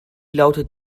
lautet